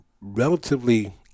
relatively